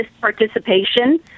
participation